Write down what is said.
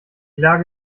lage